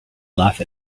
laugh